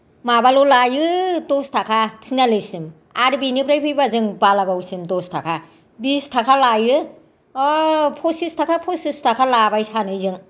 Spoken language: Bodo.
माबाल' लायो दस टाका टिनालिसिम आरो बेनिफ्राय फैबा जों बालागावसिम दस टाका बिस थाखा लायो ओ पचिस टाका पचिस टाका लाबाय सानैजों